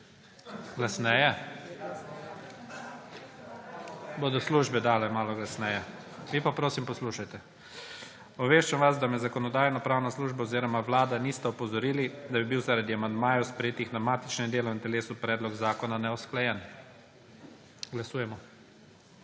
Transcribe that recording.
Glasneje? Bodo službe dale malo bolj glasneje, vi pa, prosim, poslušajte. Obveščam vas, da me Zakonodajno-pravna služba oziroma Vlada nista opozorili, da bi bil zaradi amandmajev, sprejetih na matičnem delovnem telesu, predlog zakona neusklajen. Glasujemo.